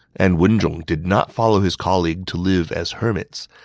and wen zhong did not follow his colleague to live as hermits,